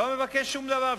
אני לא מבקש שום דבר בשבילה,